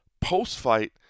post-fight